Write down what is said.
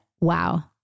wow